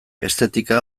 estetika